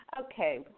Okay